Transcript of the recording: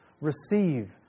Receive